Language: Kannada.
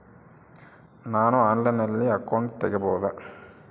ನಾನು ಆನ್ಲೈನಲ್ಲಿ ಅಕೌಂಟ್ ತೆಗಿಬಹುದಾ?